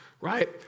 right